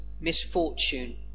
misfortune